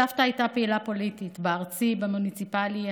סבתא הייתה פעילה פוליטית, בארצי, במוניציפלי.